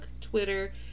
Twitter